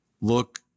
look